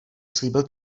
slíbil